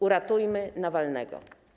Uratujmy Nawalnego.